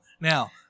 Now